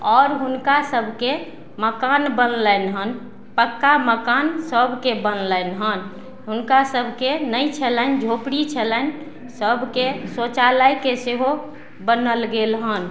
आओर हुनका सबके मकान बनलनि हन पक्का मकान सबके बनलनि हन हुनका सबके नहि छलनि झोपड़ी छलनि सबके शौचालयके सेहो बनाओल गेल हन